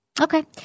Okay